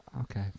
Okay